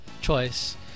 choice